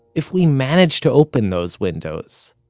if we manage to open those windows,